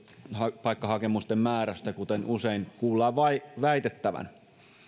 turvapaikkahakemusten määrästä kuten usein kuullaan väitettävän